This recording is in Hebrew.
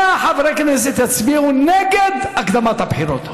100 חברי כנסת יצביעו נגד הקדמת הבחירות.